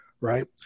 right